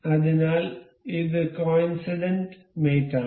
അതിനാൽ ഇത് coincident mate ആണ്